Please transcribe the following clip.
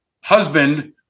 husband